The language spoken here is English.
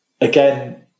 again